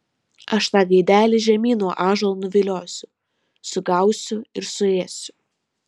aš tą gaidelį žemyn nuo ąžuolo nuviliosiu sugausiu ir suėsiu